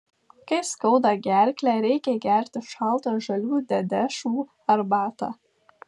kai skauda gerklę reikia gerti šaltą žalių dedešvų arbatą